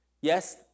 Yes